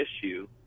issue